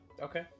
Okay